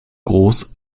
groß